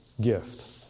gift